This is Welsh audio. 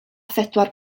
phedwar